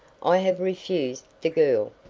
i'd have refused the girl,